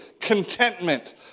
contentment